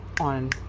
on